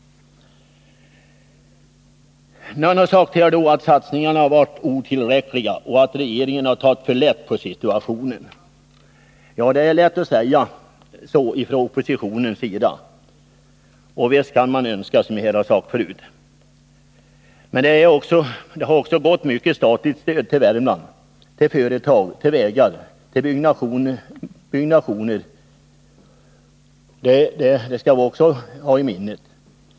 Ett annat argument är att satsningarna har varit otillräckliga och att regeringen tagit för lätt på situationen. Ja, det är lätt att säga så för oppositionen, och visst kan man önska, som jag har sagt förut. Men det har också gått mycket statligt stöd till Värmland — till företag, till vägar, till byggnationer — och det skall vi ha i minnet.